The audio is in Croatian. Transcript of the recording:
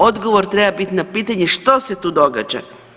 Odgovor treba bit na pitanje što se tu događa.